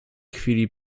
chwili